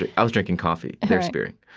ah i was drinking coffee, and they were spearing.